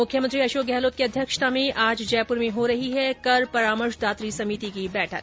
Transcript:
मुख्यमंत्री अशोक गहलोत की अध्यक्षता में आज जयपूर में हो रही है कर परामर्श दात्री समिति की बैठक